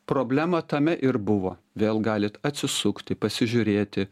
problema tame ir buvo vėl galit atsisukti pasižiūrėti